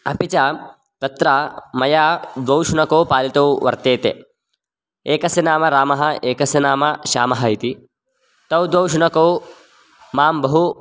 अपि च तत्र मया द्वौ शुनकौ पालितौ वर्तेते एकस्य नाम रामः एकस्य नाम श्यामः इति तौ द्वौ शुनकौ मां बहु